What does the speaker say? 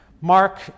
Mark